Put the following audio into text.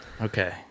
Okay